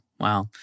Wow